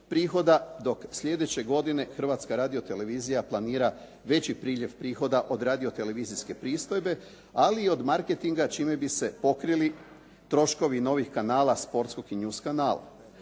dok slijedeće godine Hrvatska radio-televizija planira veći priljev prihoda od radio-televizijske pristojbe ali i od marketinga čime bi se pokrili troškovi novih kanala sportskog i news kanala,